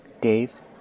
Dave